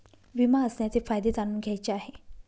विमा असण्याचे फायदे जाणून घ्यायचे आहे